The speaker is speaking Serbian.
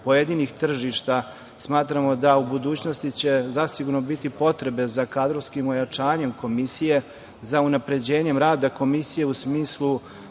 pojedinih tržišta, smatramo da u budućnosti će zasigurno biti potrebe za kadrovskim ojačanjem Komisije, za unapređenjem rada Komisije u smislu